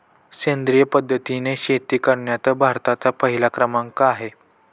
सेंद्रिय पद्धतीने शेती करण्यात भारताचा पहिला क्रमांक आहे